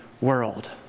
world